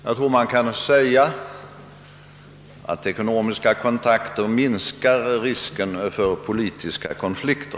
Jag tror man kan säga att ekonomiska kontakter minskar risken för politiska konflikter.